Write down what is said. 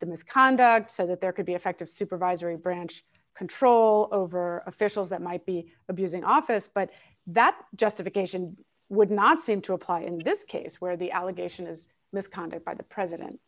the misconduct so that there could be effective supervisory branch control over officials that might be abuse in office but that justification would not seem to apply in this case where the allegation of misconduct by the president